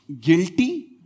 guilty